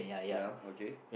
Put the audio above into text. ya okay